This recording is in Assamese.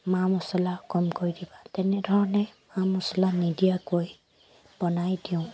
মা মছলা কমকৈ দিবা তেনেধৰণে মা মছলা নিদিয়াকৈ বনাই দিওঁ